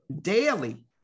daily